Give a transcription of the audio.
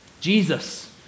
Jesus